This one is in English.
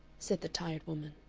said the tired woman.